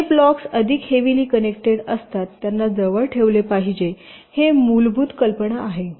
जे ब्लॉक्स अधिक heavily connected असतात त्यांना जवळ ठेवले पाहिजे ही मूलभूत कल्पना आहे